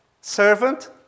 servant